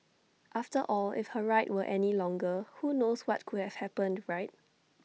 after all if her ride were any longer who knows what could have happened right